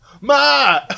Ma